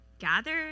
gather